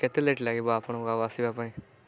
କେତେ ଲେଟ୍ ଲାଗିବ ଆପଣଙ୍କୁ ଆଉ ଆସିବା ପାଇଁ